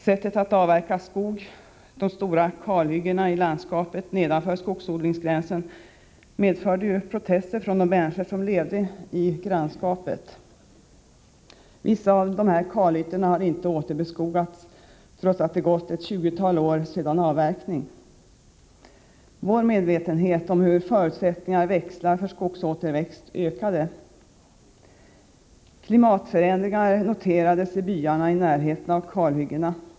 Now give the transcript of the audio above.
Sättet att avverka skog och de stora kalhyggena i landskapet nedanför skogsodlingsgränsen medförde protester från de människor som levde i grannskapet. Vissa av de här kalytorna har inte återbeskogats, trots att det gått ett tjugotal år sedan avverkningen. Vår medvetenhet om hur förutsättningarna för skogsåterväxt växlar ökade. Klimatförändringar noterades i byarna i närheten av kalhyggena.